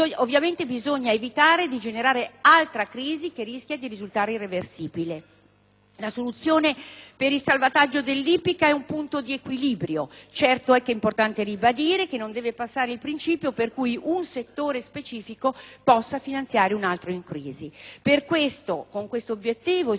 La soluzione per il salvataggio dell'ippica è un punto di equilibrio. Certo è importante ribadire che non deve passare il principio per cui un settore specifico possa finanziare un altro in crisi. Con questo obiettivo, il sottosegretario Gìorgetti ha già annunciato un imminente disegno di legge, di iniziativa governativa, volto a